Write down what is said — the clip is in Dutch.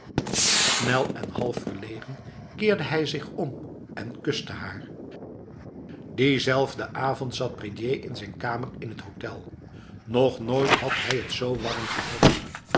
snel en halfverlegen keerde hij zich om en kuste haar diezelfde avond zat prédier in zijn kamer in t hotel nog nooit had hij het z warm gehad